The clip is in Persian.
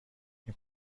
این